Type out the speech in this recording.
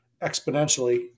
exponentially